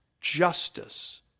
justice